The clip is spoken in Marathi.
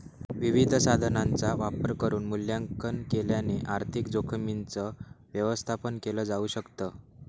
विविध साधनांचा वापर करून मूल्यांकन केल्याने आर्थिक जोखीमींच व्यवस्थापन केल जाऊ शकत